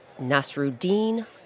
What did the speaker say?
Nasruddin